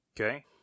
okay